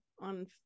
on